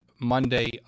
Monday